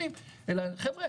למה